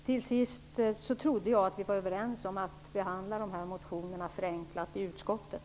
Till sist trodde jag att vi var överens om att behandla de här motionerna förenklat i utskottet.